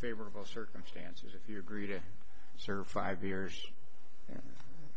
favorable circumstances if you agree to serve five years